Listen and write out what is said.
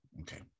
Okay